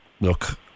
look